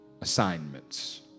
assignments